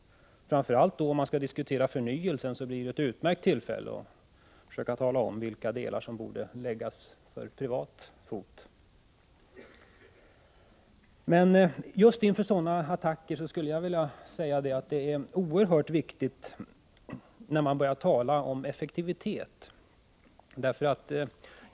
Framför allt om man skall diskutera förnyelsen blir det ett utmärkt tillfälle att försöka tala om vilka delar som borde överföras i privat regi. Just inför sådana attacker skulle jag vilja nämna något som är oerhört viktigt när man talar om effektiviteten.